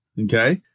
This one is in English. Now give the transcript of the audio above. Okay